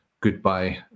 goodbye